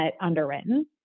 underwritten